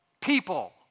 people